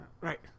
Right